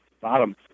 bottom